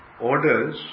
orders